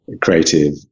creative